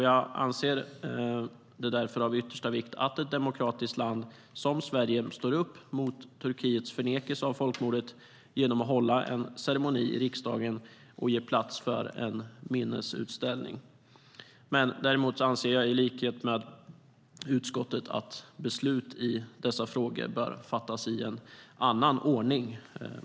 Jag anser att det därför är av yttersta vikt att ett demokratiskt land som Sverige står upp mot Turkiets förnekelse av folkmordet genom att hålla en ceremoni i riksdagen och ge plats för en minnesutställning. Däremot anser jag i likhet med utskottet att beslut i dessa frågor bör fattas i en annan ordning.